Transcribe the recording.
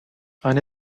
eine